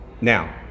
Now